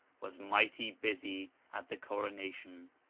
was mighty busy at the coronation.